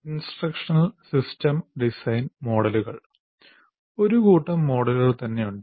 instructional system design മോഡലുകൾ ഒരു കൂട്ടം മോഡലുകൾ തന്നെ ഉണ്ട്